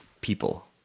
people